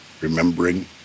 remembering